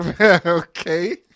Okay